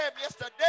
yesterday